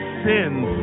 sins